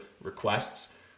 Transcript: requests